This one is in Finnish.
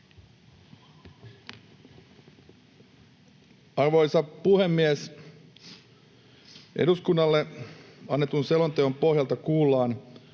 Arvoisa puhemies! Eduskunnalle annetun selonteon pohjalta kuullaan